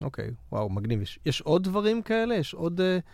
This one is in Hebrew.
אוקיי. וואו, מגניב. יש עוד דברים כאלה? יש עוד...